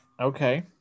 Okay